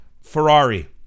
Ferrari